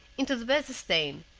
into the bezestein,